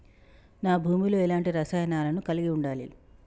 నా భూమి లో ఎలాంటి రసాయనాలను కలిగి ఉండాలి?